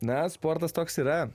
ne sportas toks yra